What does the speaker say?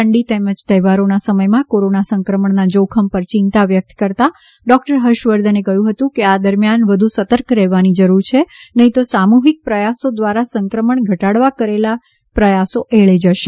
ઠંડી તેમજ તહેવારોના સમયમાં કોરોના સંક્રમણના જોખમ પર ચિંતા વ્યક્ત કરતાં ડોક્ટર હર્ષવર્ધને કહ્યું હતું કે આ દરમિથાન વધુ સતર્ક રહેવાની જરૂર છે નહીં તો સામૂહીક પ્રયાસો દ્વારા સંક્રમણ ઘટાડવાના કરેલા પ્રયાસો એળે જશે